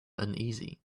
uneasy